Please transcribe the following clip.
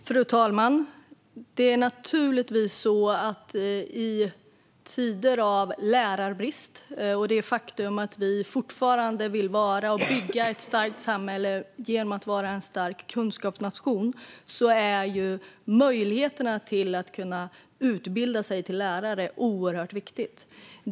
Fru talman! I tider av lärarbrist och med det faktum att vi fortfarande vill bygga ett starkt samhälle genom att vara en stark kunskapsnation är möjligheten att utbilda sig till lärare oerhört viktig.